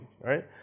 right